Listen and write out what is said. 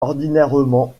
ordinairement